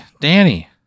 Danny